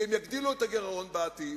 כי הן יגדילו את הגירעון בעתיד.